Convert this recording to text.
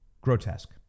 Grotesque